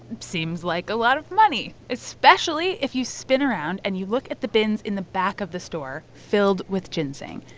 seems like a lot of money, especially if you spin around and you look at the bins in the back of the store filled with ginseng.